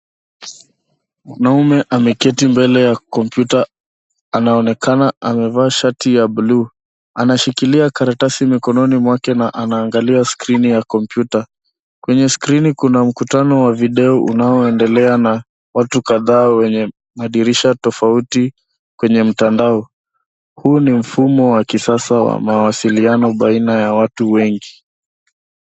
Mwanaume ameketi mbele ya kompyuta anaonekana amevaa shati ya buluu. Anashikilia karatasi mikononi mwake na anaangalia skrini ya kompyuta. Kwenye skrini kuna mkutano wa video unaoendelea na watu kadhaa wenye madirisha tofauti kwenye mtandao. Huu ni mfumo wa kisasa wa mawasiliano baina ya watu wengi.